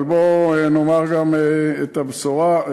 אבל בואו נאמר גם את הבשורה: